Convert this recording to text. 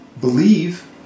believe